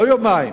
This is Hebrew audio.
לא יומיים.